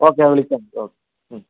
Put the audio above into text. okay ഞാൻ വിളിക്കാം okay